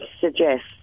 suggest